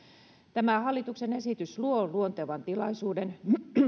tämä hallituksen esitys luo luontevan tilaisuuden